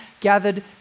gathered